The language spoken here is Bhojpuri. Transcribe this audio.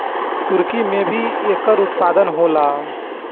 तुर्की में भी एकर उत्पादन होला